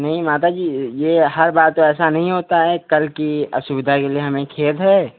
नहीं माता जी यह हर बार तो ऐसा नहीं होता है कल की असुविधा के लिए हमें खेद है